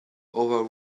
over